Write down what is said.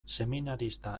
seminarista